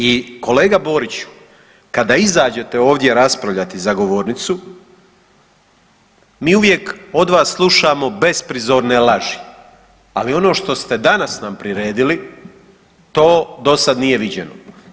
I kolega Boriću, kada izađete ovdje raspravljati za govornicu, mi uvijek od vas slušamo besprizorne laži, ali ono što ste danas nam priredili, to dosad nije viđeno.